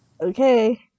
Okay